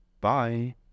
Bye